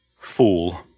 fool